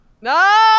No